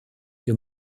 wir